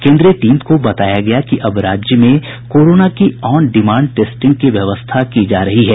केन्द्रीय टीम को बताया गया कि अब राज्य में कोरोना की ऑनडिमांड टेस्टिंग की व्यवस्था की जा रही है